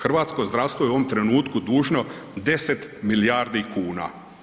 Hrvatsko zdravstvo je u ovom trenutku dužno 10 milijardi kuna.